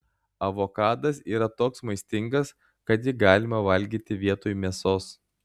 avokadas yra toks maistingas kad jį galima valgyti vietoj mėsos